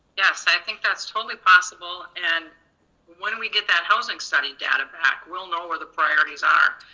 yes, i think that's totally possible, and when we get that housing study data back, we'll know where the priorities are,